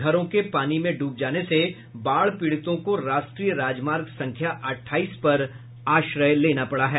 घरों के पानी में डूब जाने से बाढ़ पीड़ितों को राष्ट्रीय राजमार्ग संख्या अट्ठाईस पर आश्रय लेना पड़ा है